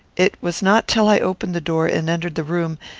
it was not till i opened the door and entered the room,